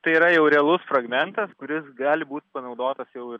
tai yra jau realus fragmentas kuris gali būt panaudotas jau ir